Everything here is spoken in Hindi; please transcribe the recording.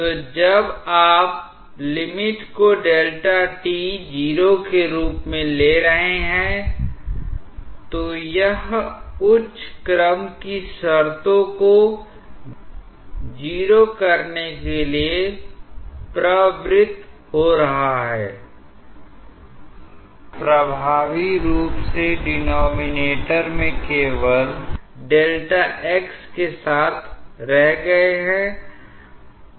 तो जब आप limit को Δt → 0 के रूप में ले रहे हैं तो यह उच्च क्रम की शर्तों को 0 करने के लिए प्रवृत्त हो रहा है प्रभावी रूप से डिनोमिनेटर में केवल ΔX के साथ रह गए हैं